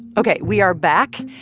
ok, we are back.